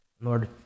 Lord